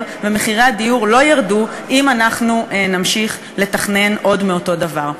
ומחירי הדיור לא ירדו אם אנחנו נמשיך לתכנן עוד מאותו דבר.